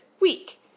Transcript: week